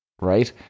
right